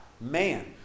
man